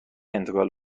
انتقال